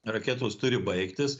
raketos turi baigtis